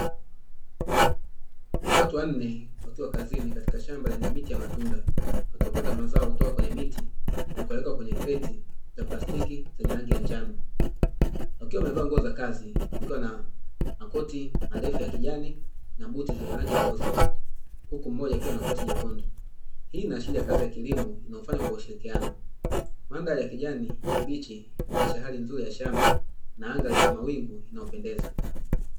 Watu wanne wakiwa kazini katika shamba la miti ya matunda, wakiokota mazao kutoka kwenye miti na kuyaweka kwenye kreti za plastiki zenye rangi ya njano, wakiwa wamevaa nguo za kazi wakiwa na makoti marefu ya kijani, na buti zenye rangi nyeusi, huku mmoja akiwa na koti jekundu. Hii inaashiria kazi ya kilimo inayofanywa kwa ushirikiano. Mandhari ya kijani kibichi inayoonesha hali nzuri ya shamba na anga lenye mawingu, linalopendeza.